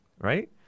Right